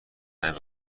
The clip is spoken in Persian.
همه